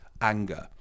anger